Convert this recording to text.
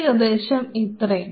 ഏകദേശം ഇത്രയും